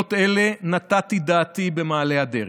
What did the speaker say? למורכבויות אלה נתתי דעתי במעלה הדרך.